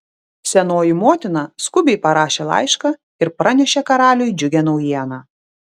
senoji motina skubiai parašė laišką ir pranešė karaliui džiugią naujieną